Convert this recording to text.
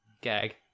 gag